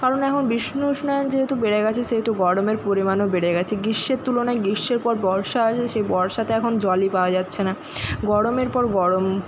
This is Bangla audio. কারণ এখন বিস্ব উষ্ণায়ণ যেহেতু বেড়ে গেছে সেহেতু গরমের পরিমাণও বেড়ে গেছে গ্রীষ্মের তুলনায় গ্রীষ্মের পর বর্ষা আসে সেই বর্ষাতে এখন জলই পাওয়া যাচ্ছে না গরমের পর গরম